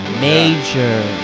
Major